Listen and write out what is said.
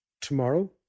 tomorrow